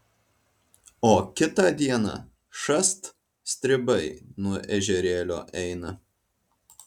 o kitą dieną šast stribai nuo ežerėlio eina